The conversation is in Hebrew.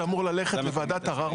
זה אמור ללכת לוועדת הערר המחוזית.